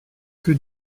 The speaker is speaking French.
que